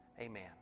Amen